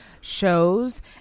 shows